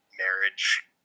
marriage